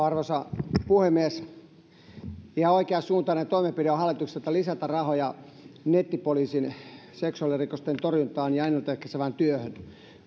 arvoisa puhemies ihan oikeansuuntainen toimenpide on hallitukselta lisätä rahoja nettipoliisin seksuaalirikosten torjuntaan ja ennaltaehkäisevään työhön